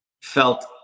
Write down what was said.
Felt